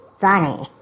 funny